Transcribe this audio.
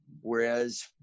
Whereas